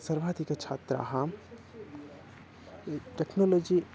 सर्वाधिकछात्राः a technology